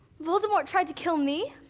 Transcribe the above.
voldemort tried to kill me?